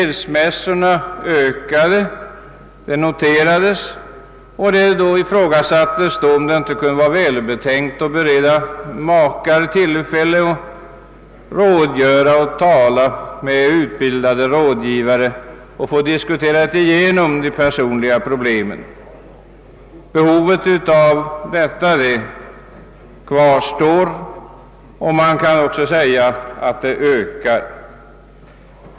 Det noterades att skilsmässorna ökade, och det ifrågasattes om det inte kunde vara välbetänkt att bereda makar tillfälle att tala med utbildade rådgivare för att diskutera igenom personliga problem. Behovet av sådan rådgivning kvarstår, och man kan säga att det har ökat.